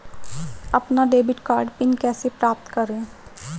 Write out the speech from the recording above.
अपना debit card PIN कैसे प्राप्त करें?